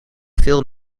veel